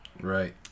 Right